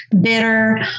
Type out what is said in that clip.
bitter